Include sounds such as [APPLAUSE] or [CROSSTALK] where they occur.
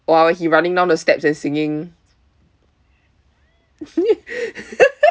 !wow! he running down the steps and singing [LAUGHS]